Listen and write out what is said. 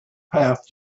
path